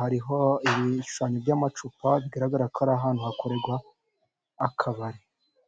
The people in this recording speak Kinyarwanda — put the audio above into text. hariho ibishushanyo by'amacupa, bigaragara ko ari ahantu hakorerwa akabari.